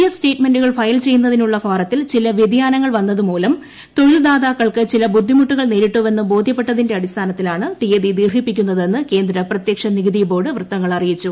S സ്റ്റേറ്റ്മെന്റുകൾ file ചെയ്യുന്നതിനുള്ള ഫാറത്തിൽ ചില വൃതിയാനങ്ങൾ വന്നതുമൂലം തൊഴിൽദാതാക്കൾക്ക് ചില ബുദ്ധിമുട്ടുകൾ നേരിട്ടുവെന്ന് ബോദ്ധ്യപ്പെട്ടതിന്റെ അടിസ്ഥാനത്തിലാണ് തീയതി ദീർഘിപ്പിക്കുന്നതെന്ന് കേന്ദ്ര പ്രത്യക്ഷ നികുതി ബോർഡ് വൃത്തങ്ങൾ പറഞ്ഞു